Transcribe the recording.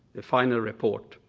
final report.